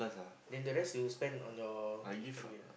then the rest you spend on your family ah